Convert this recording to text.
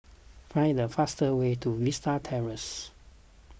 find the fastest way to Vista Terrace